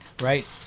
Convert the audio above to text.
Right